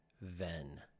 VEN